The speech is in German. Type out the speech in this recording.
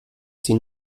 sie